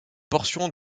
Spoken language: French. portion